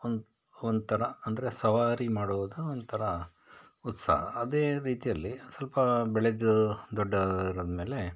ಒಂದು ಒಂಥರ ಅಂದರೆ ಸವಾರಿ ಮಾಡೋದು ಒಂಥರ ಉತ್ಸಾಹ ಅದೇ ರೀತಿಯಲ್ಲಿ ಸ್ವಲ್ಪ ಬೆಳೆದು ದೊಡ್ಡವರಾದ್ಮೇಲೆ